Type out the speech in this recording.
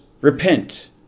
repent